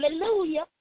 Hallelujah